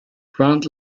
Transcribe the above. grant